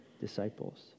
disciples